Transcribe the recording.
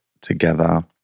together